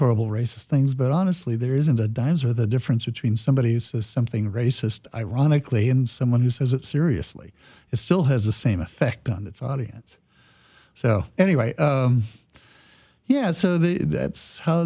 horrible racist things but honestly there isn't a dime's or the difference between somebody who says something racist ironically and someone who says it seriously it still has the same effect on its audience so anyway yeah so that's how